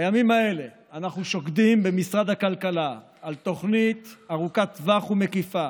בימים האלה אנחנו שוקדים במשרד הכלכלה על תוכנית ארוכת טווח ומקיפה